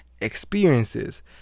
experiences